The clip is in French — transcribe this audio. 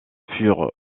furent